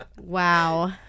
wow